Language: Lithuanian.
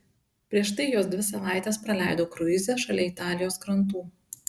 prieš tai jos dvi savaites praleido kruize šalia italijos krantų